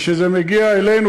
כשזה מגיע אלינו,